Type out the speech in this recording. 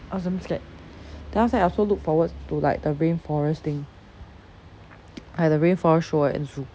I was damn scared then after that I also look forward to like the rainforest thing like the rainforest show at zoo